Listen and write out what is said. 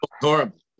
horrible